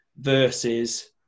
versus